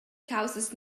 caussas